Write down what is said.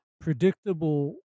predictable